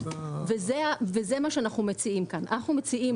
וזה מה שאנחנו מציעים כאן: אנחנו מציעים